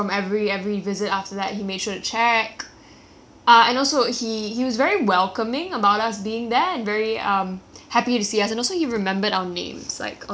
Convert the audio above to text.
ah and also he he was very welcoming about us being there very um happy to see us and also he remembered our names like on the second time we came which I thought was very very nice